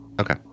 Okay